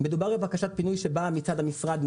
שבקשת הפינוי באה מצד המשרד,